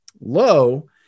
low